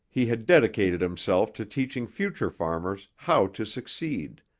he had dedicated himself to teaching future farmers how to succeed,